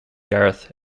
gareth